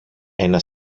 ένα